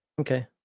Okay